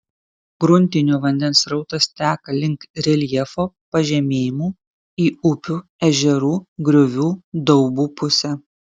gruntinio vandens srautas teka link reljefo pažemėjimų į upių ežerų griovų daubų pusę